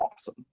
awesome